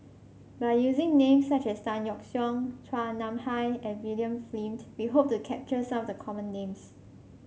by using names such as Tan Yeok Seong Chua Nam Hai and William Flint we hope to capture some of the common names